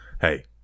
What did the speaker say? hey